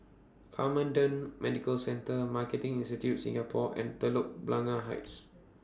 Camden Medical Centre Marketing Institute Singapore and Telok Blangah Heights